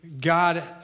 God